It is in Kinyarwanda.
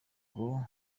nko